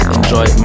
enjoy